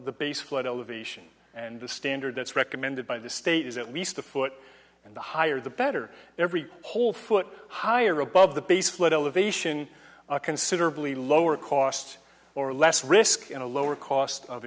the base flood elevation and the standard that's recommended by the state is at least a foot in the higher the better every whole foot higher above the base flood elevation considerably lower cost or less risk and a lower cost of